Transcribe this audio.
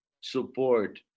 support